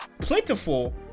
plentiful